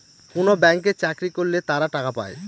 কোনো ব্যাঙ্কে চাকরি করলে তারা টাকা পায়